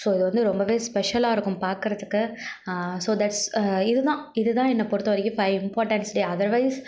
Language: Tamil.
ஸோ இது வந்து ரொம்ப ஸ்பெஷலாக இருக்கும் பாக்கிறத்துக்கு ஸோ தட்ஸ் இது தான் இது தான் என்னை பொருத்த வரைக்கும் பைவ் இம்பார்டன்ஸ் டே அதர்வைஸ்